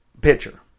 pitcher